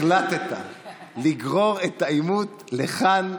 אתה החלטת לגרור את העימות לכאן.